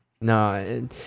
no